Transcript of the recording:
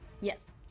Yes